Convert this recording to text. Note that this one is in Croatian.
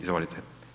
Izvolite.